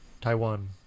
Taiwan